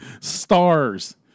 stars